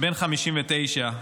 בן 59,